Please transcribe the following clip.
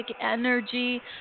energy